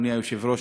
אדוני היושב-ראש,